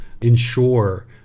ensure